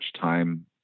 time